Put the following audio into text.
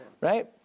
right